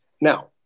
Now